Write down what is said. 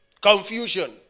confusion